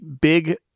big